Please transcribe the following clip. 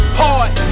hard